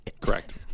Correct